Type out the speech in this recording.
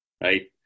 right